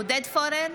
עודד פורר,